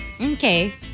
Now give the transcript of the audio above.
Okay